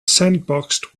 sandboxed